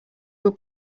were